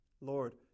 Lord